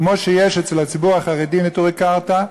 כמו שיש אצל הציבור החרדי נטורי קרתא,